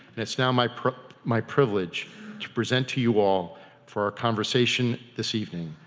and it's now my privilege my privilege to present to you all for our conversation this evening,